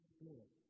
Spirit